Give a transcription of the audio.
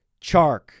Chark